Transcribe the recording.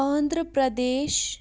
Andhra Pradesh